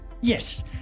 Yes